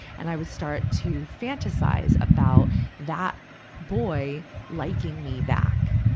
and i would start to fantasize about that boy liking me back.